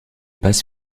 passe